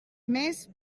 més